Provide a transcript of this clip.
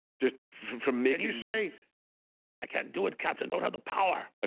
just from me you say i can't do it captain don't have the power ah